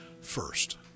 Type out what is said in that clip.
first